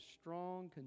strong